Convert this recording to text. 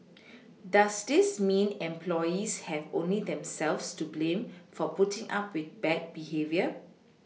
does this mean employees have only themselves to blame for putting up with bad behaviour